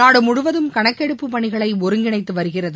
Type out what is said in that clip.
நாடு முழுவதும் கணக்கெடுப்பு பணிகளை ஒருங்கிணைத்து வருகிறது